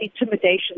intimidation